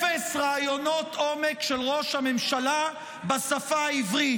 אפס ראיונות עומק של ראש הממשלה בשפה העברית,